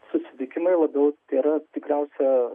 susitikimai labiau tai yra tikriausia